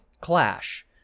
clash